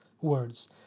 words